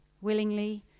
willingly